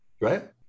right